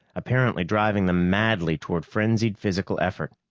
apparently driving them madly toward frenzied physical effort.